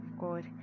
God